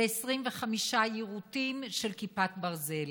ויש 25 יירוטים של כיפת ברזל.